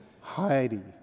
Heidi